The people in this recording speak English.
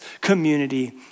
community